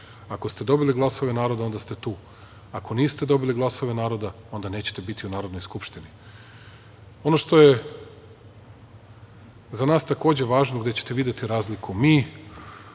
Ako ste dobili glasove naroda, onda ste tu, ako niste dobili glasove naroda, onda nećete biti u Narodnoj skupštini. Ono što je za nas takođe važno, gde ćete videti razliku, mi